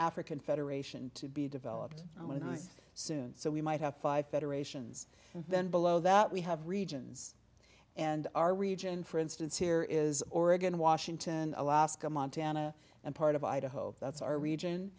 african federation to be developed when i say soon so we might have five federations then below that we have regions and our region for instance here is oregon washington alaska montana and part of idaho that's our region